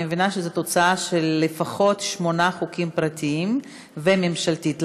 אני מבינה שהוא תוצאה של לפחות שמונה חוקים פרטיים והצעה אחת ממשלתית.